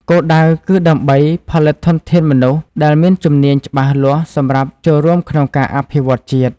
គោលដៅគឺដើម្បីផលិតធនធានមនុស្សដែលមានជំនាញច្បាស់លាស់សម្រាប់ចូលរួមក្នុងការអភិវឌ្ឍជាតិ។